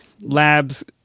labs